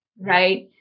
right